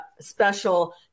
special